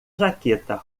jaqueta